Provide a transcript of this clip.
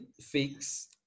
fix